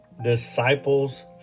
Disciples